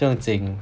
不用紧